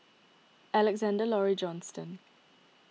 Alexander Laurie Johnston